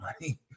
money